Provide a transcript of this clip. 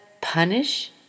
punish